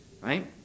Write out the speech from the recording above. right